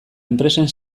enpresen